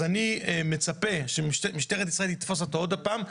אני מצפה שמשטרת ישראל תתפוס אותו עוד פעם,